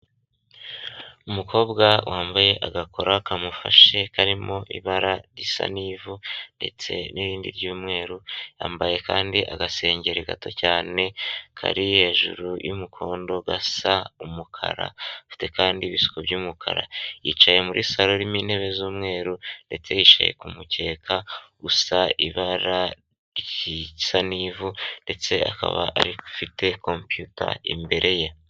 Umukobwa wambaye agakora kamufashe karimo ibara risa n'ivu ndetse n'ibindi ry'umweru yambaye kandi agasengeri gato cyane kari hejuru y'umukondo gasa umukara afite kandi ibisuko by'umukara yicaye muri salo n'intebe z'umweru ndetse yicaye ku mukeka usa ibara rijya gusa n'ivu ndetse akaba ari afite compiyuta imbere ye.